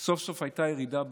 סוף-סוף הייתה ירידה בעקומה,